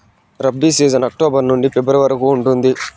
rabi season October నుండి ఫిబ్రవరి వరకు ఉంటుంది